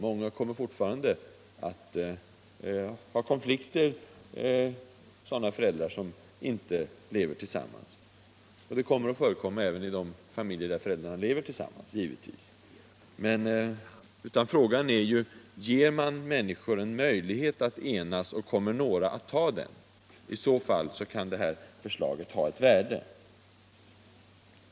Det kommer fortfarande att vara konflikter mellan föräldrar — både när de lever tillsammans och när de inte gör det. Men frågan är: Om vi ger människor en möjlighet att enas — kommer några att ta den? I så fall kan detta förslag ha ett värde.